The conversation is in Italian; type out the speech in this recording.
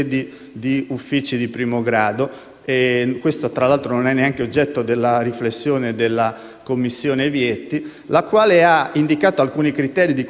questo, tra l'altro, neanche è oggetto della riflessione della Commissione Vietti, la quale ha indicato alcuni criteri di carattere quantitativo